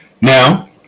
now